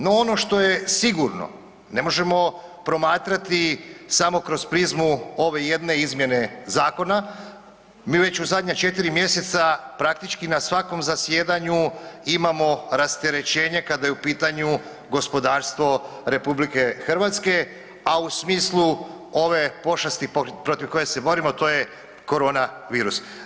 No ono što je sigurno ne možemo promatrati samo kroz prizmu ove jedne izmjene zakona, mi već u zadnja četiri mjeseca praktički na svakom zasjedanju imamo rasterećenje kada je u pitanju gospodarstvo RH, a u smislu ove pošasti protiv koje se borimo, a to je corona virus.